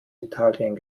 italien